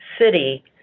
city